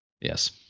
Yes